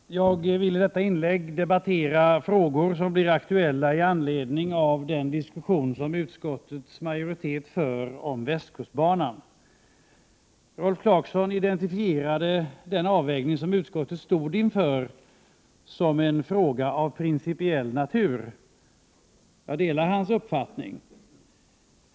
Herr talman! Jag vill i detta inlägg debattera frågor som har blivit aktuella med anledning av den diskussion som utskottsmajoriteten har fört om västkustbanan. Rolf Clarkson identifierade den avvägning som utskottet stod inför som en fråga av principiell natur. Jag delar hans uppfattning.